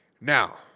Now